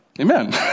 Amen